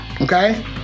okay